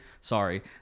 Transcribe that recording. sorry